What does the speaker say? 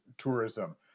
tourism